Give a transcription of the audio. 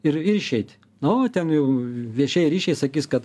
ir ir išeit nu o ten jau viešieji ryšiai sakys kad